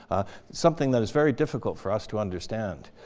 ah something that is very difficult for us to understand.